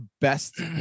best